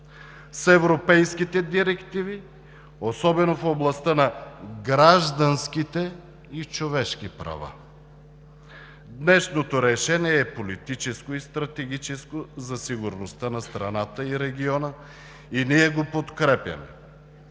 с европейските директиви, особено в областта на гражданските и човешките права. Днешното решение е политическо и стратегическо за сигурността на страната и региона и ние го подкрепяме.